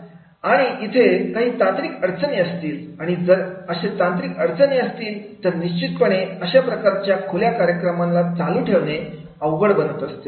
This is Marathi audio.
आहे इथे काही तांत्रिक अडचणी असतील आणि जर असे तांत्रिक अडचणी असतील तर निश्चितपणे अशा प्रकारच्या खुल्या कार्यक्रमाला चालू ठेवणे अवघड बनत असते